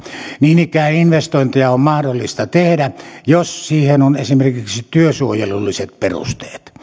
niin ikään investointeja on mahdollista tehdä jos siihen on esimerkiksi työsuojelulliset perusteet